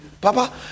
Papa